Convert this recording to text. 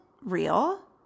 real